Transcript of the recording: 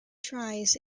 tries